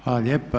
Hvala lijepa.